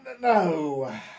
No